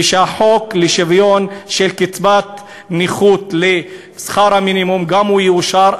ושהחוק להשוואת קצבת נכות לשכר המינימום גם הוא יאושר,